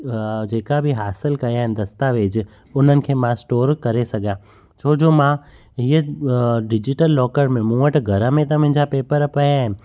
जेका बि हासिलु कया आहिनि दस्तावेज़ु उन्हनि खे मां स्टोर करे सघियां छो जो मां हीअ डिजीटल लॉकर में मूं वटि घर में त मुंहिंजा पेपर पया आहिनि